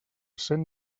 cent